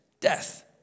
death